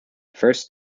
first